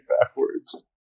backwards